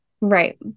right